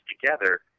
together